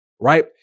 right